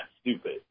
stupid